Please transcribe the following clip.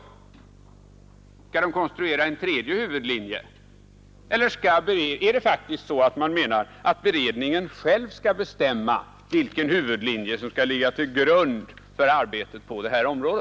Skall beredningen konstruera en tredje huvudlinje, eller menar man att beredningen själv skall bestämma vilken huvudlinje som skall ligga till grund för arbetet på detta område?